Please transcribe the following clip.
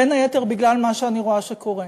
בין היתר בגלל מה שאני רואה שקורה.